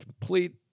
complete